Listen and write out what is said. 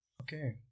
okay